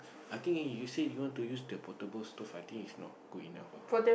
I think you you say you want to use the portable stove I think it's not good enough ah